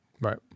Right